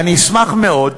אני אשמח מאוד,